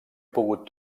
pogut